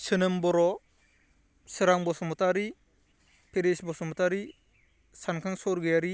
सोनोम बर' सोरां बसुमतारी फेरिस बसुमतारी सानखां स्वरग'यारि